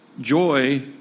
Joy